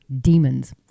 demons